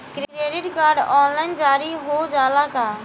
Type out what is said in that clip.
Credit card online जारी हो जाला का?